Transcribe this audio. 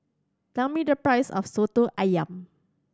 tell me the price of Soto Ayam